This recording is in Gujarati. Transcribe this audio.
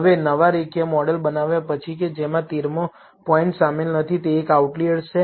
હવે નવા રેખીય મોડેલ બનાવ્યા પછી કે જેમાં 13 મો પોઇન્ટ શામેલ નથી તે એક આઉટલિઅર છે